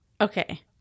Okay